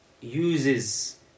uses